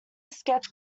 sketch